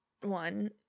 one